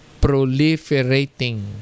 Proliferating